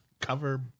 cover